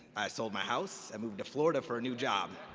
i sold my house and moved to florida for a new job.